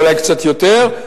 אולי קצת יותר,